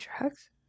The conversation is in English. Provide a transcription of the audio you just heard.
drugs